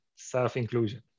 Self-inclusion